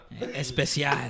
Especial